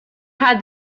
had